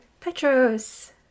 petros